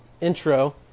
intro